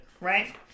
right